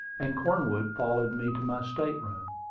and cornwood followed me to my state-room.